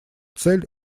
цель